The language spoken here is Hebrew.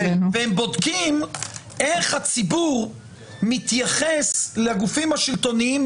הסקרים בוחנים היאך הציבור מתייחס לגופים השלטוניים,